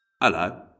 Hello